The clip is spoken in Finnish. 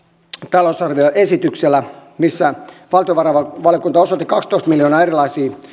talousarvioesityksessä missä valtiovarainvaliokunta osoitti kaksitoista miljoonaa erilaisiin